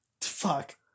Fuck